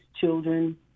children